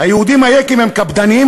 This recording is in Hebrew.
"היהודים היקים הם קפדניים,